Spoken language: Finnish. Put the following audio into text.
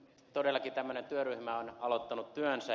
todellakin tämmöinen työryhmä on aloittanut työnsä